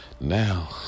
Now